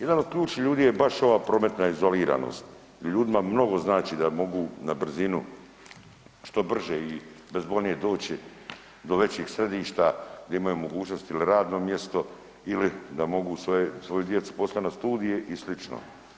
Jedan od ključnih ljudi je baš ova prometna izoliranost, ljudima mnogo znači da mogu na brzinu, što brže i bezbolnije doći do većih središta gdje imaju mogućnosti ili radno mjesto ili da mogu svoje, svoju djecu poslat na studije i slično.